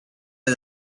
are